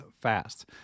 fast